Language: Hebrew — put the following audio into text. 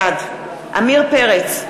בעד עמיר פרץ,